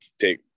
take